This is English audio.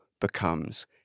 becomes